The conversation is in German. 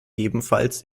ebenfalls